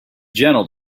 gentle